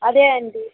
అదే అండి